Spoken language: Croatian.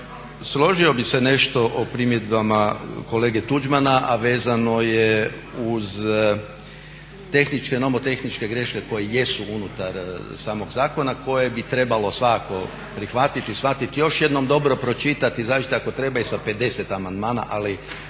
Složio bih se nešto o primjedbama kolege Tuđmana, a vezano je uz tehničke i nomotehničke greške koje jesu unutar samog zakona koje bi trebalo svakako prihvatiti i shvatiti, još jednom dobro pročitati i izaći ako treba i sa 50 amandmana ali